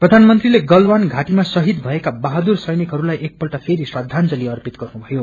प्रधानमंत्रीले गलवान घाटीमा शहीद भएका बहादुर सैनिकहरूलाई एकपल्ट फेरि श्रदाजंली अर्पित गर्नुभयो